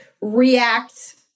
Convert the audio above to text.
react